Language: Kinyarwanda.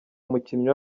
umukinnyi